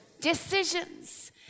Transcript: Decisions